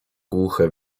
głuche